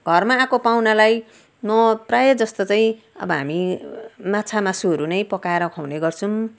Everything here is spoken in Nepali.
घरमा आएको पाहुनालाई म प्रायः जस्तो चाहिँ अब हामी माछा मासुहरू नै पकाएर खुवाउने गर्छौँ